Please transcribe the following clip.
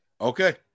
Okay